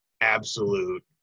absolute